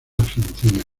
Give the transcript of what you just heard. argentina